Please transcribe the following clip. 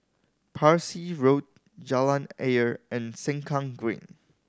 Parsi Road Jalan Ayer and Sengkang Green